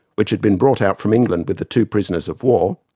which had been brought out from england with the two prisoners of war,